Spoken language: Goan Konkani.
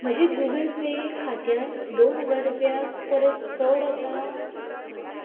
म्हजें गुगल पे खात्यांत दोन हजार रुपया परस चड आसा